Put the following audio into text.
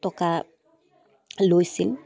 টকা লৈছিল